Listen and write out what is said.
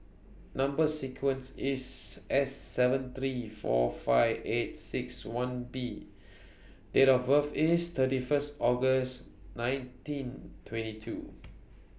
Number sequence IS S seven three four five eight six one B Date of birth IS thirty First August nineteen twenty two